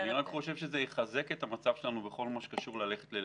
זה רק יחזק את המצב שלנו במה שקשור ברצון ללכת ללחימה.